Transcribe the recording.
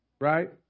right